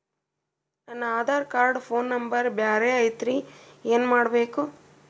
ನನ Aadhaar card phone number ಬ್ಯಾರೆ ಐತ್ರಿ ಏನ ಮಾಡಬೇಕು?